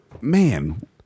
man